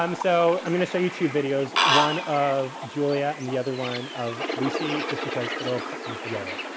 um so, i'm gonna show you two videos one of julia and the other one of lucy just because it'll put things together.